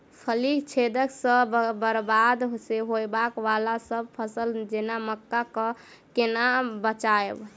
फली छेदक सँ बरबाद होबय वलासभ फसल जेना मक्का कऽ केना बचयब?